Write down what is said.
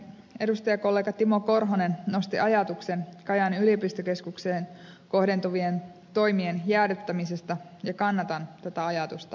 edustajakollega timo korhonen nosti ajatuksen kajaanin yliopistokeskukseen kohdentuvien toimien jäädyttämisestä ja kannatan tätä ajatusta lämpimästi